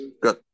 Good